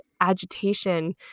agitation